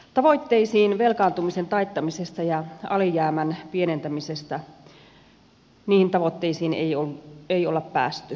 tavoitteisiin velkaantumisen taittamisesta ja alijäämän pienentämisestä ei olla päästy